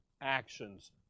actions